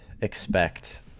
expect